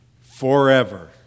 forever